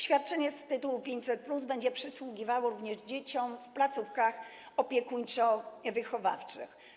Świadczenie z tytułu programu 500+ będzie przysługiwało również dzieciom w placówkach opiekuńczo-wychowawczych.